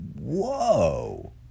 whoa